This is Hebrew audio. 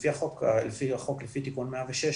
לפי החוק, לפי תיקון 116,